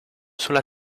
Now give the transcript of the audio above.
sulla